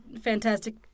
Fantastic